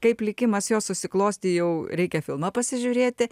kaip likimas jos susiklostė jau reikia filmą pasižiūrėti